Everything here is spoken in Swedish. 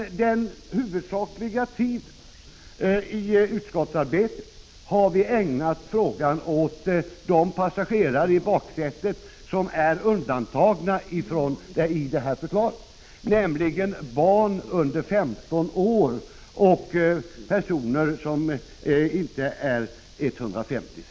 Men den huvudsakliga tiden i utskottsarbetet har ägnats frågan om de passagerare i baksätet som är undantagna i förslaget, nämligen Prot. 1985/86:54 barn under 15 år och personer som har en längd under 150 cm.